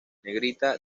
negrita